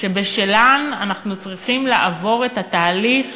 שבשלהן אנחנו צריכים לעבור את התהליך